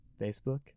facebook